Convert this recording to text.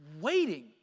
waiting